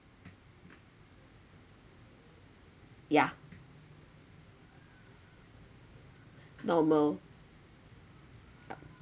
yeah normal yup